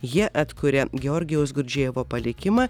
jie atkuria georgijaus gurdžijevo palikimą